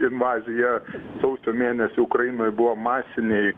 invaziją sausio mėnesį ukrainoje buvo masiniai